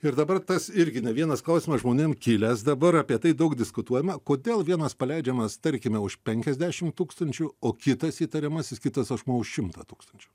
ir dabar tas irgi ne vienas klausimas žmonėm kilęs dabar apie tai daug diskutuojama kodėl vienas paleidžiamas tarkime už penkiasdešimt tūkstančių o kitas įtariamasis kitas asmuo už šimtą tūkstančių